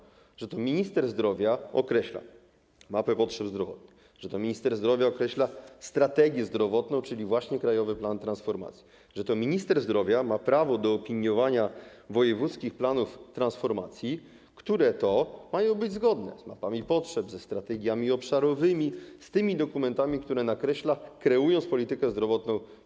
Nie dziwmy się, że to minister zdrowia określa mapę potrzeb zdrowotnych, że to minister zdrowia określa strategię zdrowotną, czyli właśnie krajowy plan transformacji, że to minister zdrowia ma prawo do opiniowania wojewódzkich planów transformacji, które mają być zgodne z mapami potrzeb, ze strategiami obszarowymi, z tymi dokumentami, które nakreśla, kreując politykę zdrowotną.